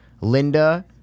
Linda